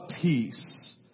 peace